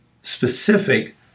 specific